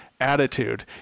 Attitude